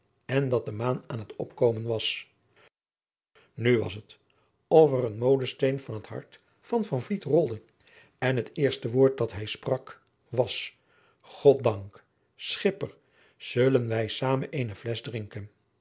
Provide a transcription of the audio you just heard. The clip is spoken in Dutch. en dat de maan aan het opkomen was nu was het of er een molensteen van het hart van van vliet rolde en het eerste woord dat hij sprak was god dank schipper zullen wij zamen eene flesch drinken